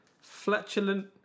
Flatulent